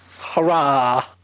Hurrah